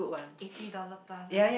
eighty dollar plus ah